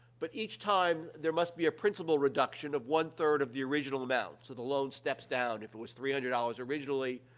but each time, there must be a principal reduction of one-third of the original amount. so, the loan steps down. if it was three hundred dollars originally,